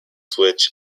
switch